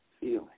Feeling